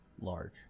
large